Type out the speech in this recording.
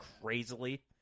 crazily